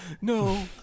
No